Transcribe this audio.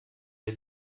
der